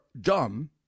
dumb